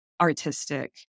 artistic